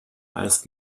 als